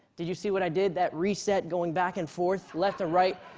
did you see what i did, that reset going back and forth left or right?